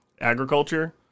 agriculture